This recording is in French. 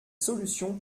solution